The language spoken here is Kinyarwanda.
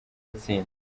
utsinda